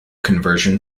conversion